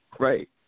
Right